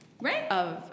Right